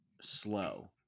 slow